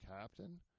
captain